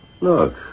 Look